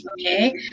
okay